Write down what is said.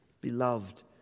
beloved